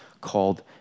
called